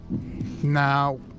now